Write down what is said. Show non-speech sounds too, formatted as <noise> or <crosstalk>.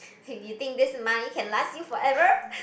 <laughs> you think this money can last you forever